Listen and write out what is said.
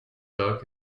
duck